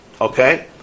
Okay